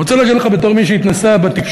אני רוצה להגיד לך בתור מי שהתנסה בתקשורת,